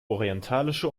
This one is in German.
orientalische